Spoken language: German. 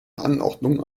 anordnungen